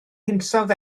hinsawdd